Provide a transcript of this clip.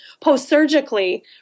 post-surgically